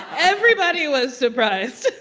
everybody was surprised